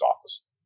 office